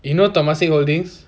you know temasek holdings